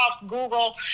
Google